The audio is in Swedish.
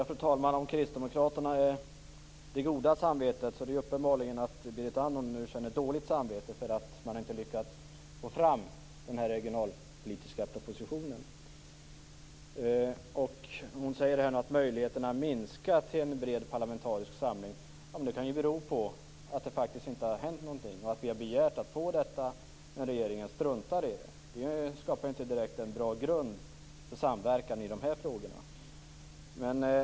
Fru talman! Om kristdemokraterna är det goda samvetet är det uppenbart att Berit Andnor nu känner dåligt samvete för att man inte har lyckats få fram den regionalpolitiska propositionen. Hon säger att möjligheterna till en bred parlamentarisk samling har minskat. Men det kan ju bero på att det faktiskt inte har hänt någonting. Vi har begärt att få en sådan utredning, men regeringen har struntat i det. Det skapar inte direkt någon bra grund för samverkan i de här frågorna.